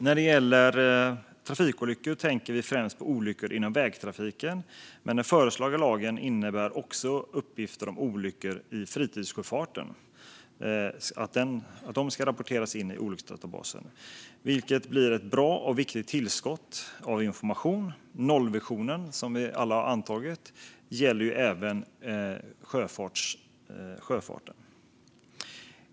När det gäller trafikolyckor tänker vi främst på olyckor inom vägtrafiken, men den föreslagna lagen innebär att också uppgifter om olyckor i fritidssjöfart ska rapporteras till olycksdatabasen, vilket blir ett bra och viktigt tillskott av information. Nollvisionen, som vi alla har antagit, gäller även sjöfarten.